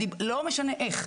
לא משנה איך,